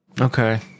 Okay